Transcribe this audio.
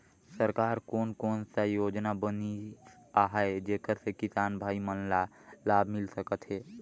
सरकार कोन कोन सा योजना बनिस आहाय जेकर से किसान भाई मन ला लाभ मिल सकथ हे?